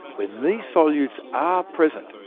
when these solutes are present,